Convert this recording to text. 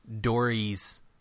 Dory's